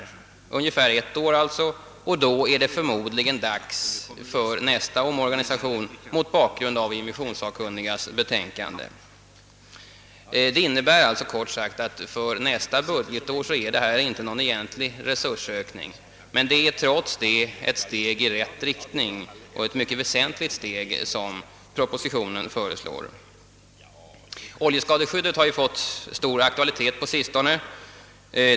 Sammanlagt tar detta alltså ungefär ett år, och då är det förmodligen dags för nästa omorganisation mot bakgrund av immissionssakkunnigas betänkande, Detta innebär kort sagt att förslaget för nästa budgetår inte kommer att medföra någon egentlig resursökning. Men det är trots detta ett steg i rätt riktning, och ett mycket väsentligt sådant, som föreslås i propositionen. Oljeskadeskyddet har ju fått stor aktualitet på sistone.